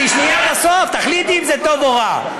תשמעי עד הסוף, תחליטי אם זה טוב או רע.